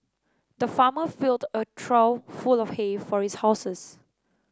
the farmer filled a trough full of hay for his houses